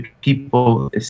people